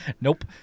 Nope